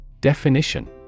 Definition